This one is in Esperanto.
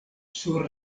sur